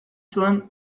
zuen